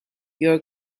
your